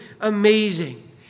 amazing